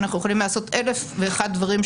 אנחנו יכולים לעשות אלף ואחד דברים,